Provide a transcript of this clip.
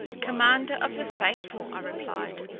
commander of the faithful, i replied,